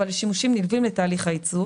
אלא לשימושים נלווים לתהליך הייצור.